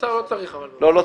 האוצר לא צריך --- לא צריך,